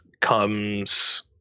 comes